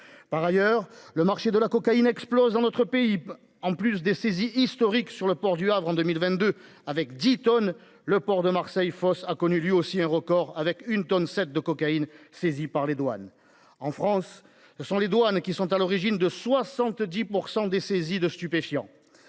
Par ailleurs, le marché de la cocaïne explose dans notre pays en plus des saisies historique sur le port du Havre en 2022, avec 10 tonnes, le port de Marseille-, Fos a connu lui aussi un record avec une tonne 7 de cocaïne saisis par les douanes en France ce sont les douanes qui sont à l'origine de 70% des saisies de stupéfiants.